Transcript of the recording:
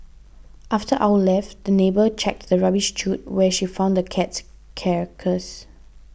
after our left the neighbour checked the rubbish chute where she found the cat's carcass